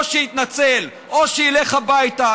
או שיתנצל או שילך הביתה,